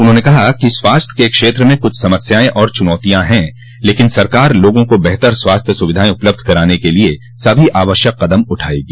उन्होंने कहा कि स्वास्थ्य के क्षेत्र में कुछ समस्याएं और चुनौतियां हैं लेकिन सरकार लोगों को बेहतर स्वास्थ्य सुविधाएं उपलब्ध कराने के लिए सभी आवश्यक कदम उठायेगी